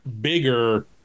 bigger